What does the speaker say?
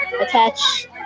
attach